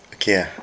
okay ah